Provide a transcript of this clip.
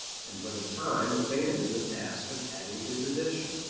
and for the time abandoned the task of adding to tradition.